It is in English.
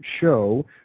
show